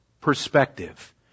perspective